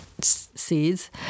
seeds